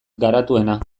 garatuena